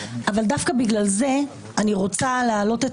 ודווקא בגלל זה אני רוצה להעלות את